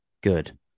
good